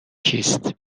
کیست